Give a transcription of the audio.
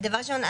דבר ראשון,